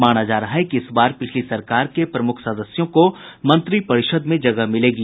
माना जा रहा है कि इस बार पिछली सरकार के प्रमुख सदस्यों को मंत्रिपरिषद में जगह मिलेगी